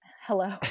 Hello